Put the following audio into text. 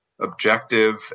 objective